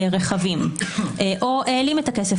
רכבים או העלים את הכסף.